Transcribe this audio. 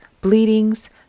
bleedings